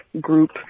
group